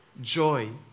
joy